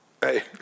hey